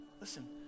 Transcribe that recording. listen